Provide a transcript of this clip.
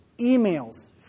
emails